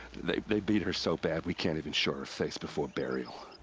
they. they beat her so bad we can't even show her face before burial.